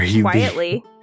quietly